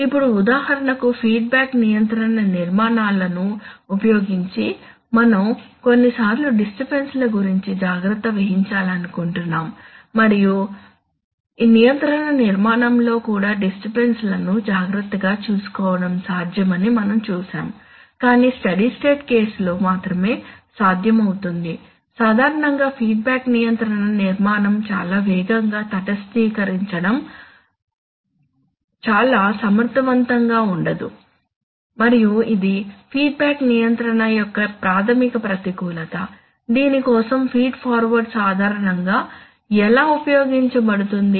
ఇప్పుడు ఉదాహరణకు ఫీడ్బ్యాక్ నియంత్రణ నిర్మాణాలను ఉపయోగించి మనం కొన్నిసార్లు డిస్టర్బన్స్ ల గురించి జాగ్రత్త వహించాలనుకుంటున్నాము మరియు నియంత్రణ నిర్మాణంలో కూడా డిస్టర్బన్స్ లను జాగ్రత్తగా చూసుకోవడం సాధ్యమని మనం చూశాము కానీ స్టడీ స్టేట్ కేసు లో మాత్రమే సాధ్యమవుతుంది సాధారణంగా ఫీడ్బ్యాక్ నియంత్రణ నిర్మాణం చాలా వేగంగా తటస్థీకరించడంలో చాలా సమర్థవంతంగా ఉండదు మరియు ఇది ఫీడ్బ్యాక్ నియంత్రణ యొక్క ప్రాథమిక ప్రతికూలత దీని కోసం ఫీడ్ ఫార్వర్డ్ సాధారణంగా ఎలా ఉపయోగించబడుతుంది